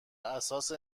اساس